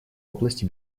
области